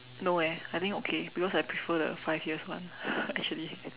no eh I think okay because I prefer the five years one actually